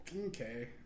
okay